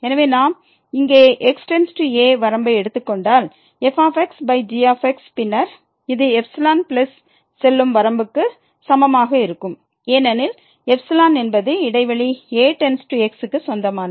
எனவே நாம் இங்கே x→a வரம்பை எடுத்துக் கொண்டால் f g பின்னர் இது பிளஸ் செல்லும் வரம்புக்கு சமமாக இருக்கும் ஏனெனில் ξ என்பது இடைவெளி a→x க்கு சொந்தமானது